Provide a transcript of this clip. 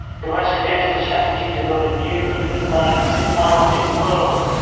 who has created a strategy to build a new unified symbiotic world,